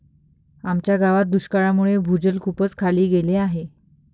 आमच्या गावात दुष्काळामुळे भूजल खूपच खाली गेले आहे